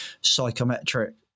psychometric